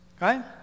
Right